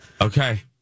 okay